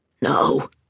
No